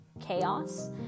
chaos